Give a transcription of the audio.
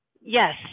Yes